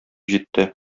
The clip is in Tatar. җитте